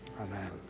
Amen